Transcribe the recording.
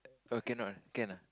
or cannot can ah